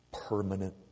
permanent